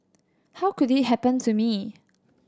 how could it happen to me